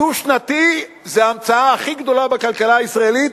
הדו-שנתי זה ההמצאה הכי גדולה בכלכלה הישראלית,